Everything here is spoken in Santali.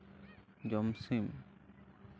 ᱡᱚᱢ ᱥᱤᱢ